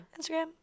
Instagram